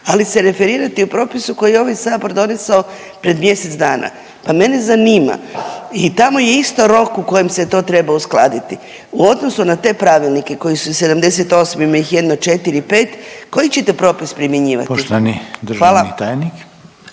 ali se referirajte i u propisu koji je ovaj Sabor donesao pred mjesec dana, pa mene zanima, i tamo je isto rok u kojem se to treba uskladiti. U odnosu na te Pravilnike koji su iz 78-e ima ih jedno 4, 5 koji ćete propis primjenjivati? Hvala. **Reiner,